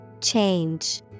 Change